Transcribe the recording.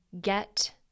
get